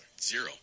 Zero